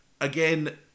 Again